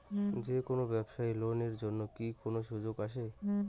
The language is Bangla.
যে কোনো ব্যবসায়ী লোন এর জন্যে কি কোনো সুযোগ আসে?